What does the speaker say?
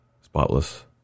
spotless